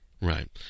Right